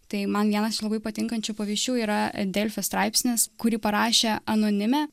tai man vienas iš labai patinkančių pavyzdžių yra delfi straipsnis kurį parašė anonimė